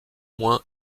moins